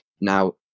Now